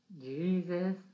Jesus